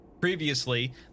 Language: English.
Previously